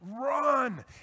run